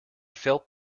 felt